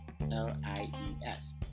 L-I-E-S